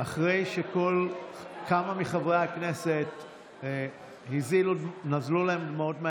אחרי שכמה מחברי הכנסת הזילו דמעות מהעיניים